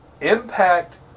Impact